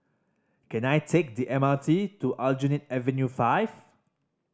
can I take the M R T to Aljunied Avenue Five